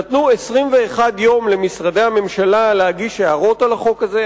נתנו 21 יום למשרדי הממשלה להגיש הערות על החוק הזה,